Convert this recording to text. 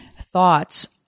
thoughts